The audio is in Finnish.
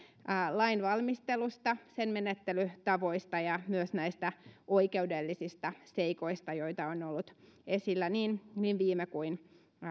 lainvalmistelusta sen menettelytavoista ja myös näistä oikeudellisista seikoista joita on ollut esillä niin niin viime kuin